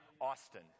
Austin